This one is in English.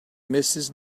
mrs